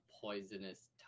poisonous